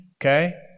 okay